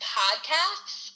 podcasts